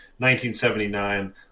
1979